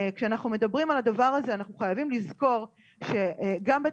כשאנחנו מדברים על הדבר הזה אנחנו חייבים לזכור שגם בית